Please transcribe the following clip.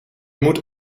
moet